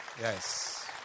Yes